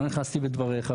לא נכנסתי לדבריך,